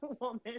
woman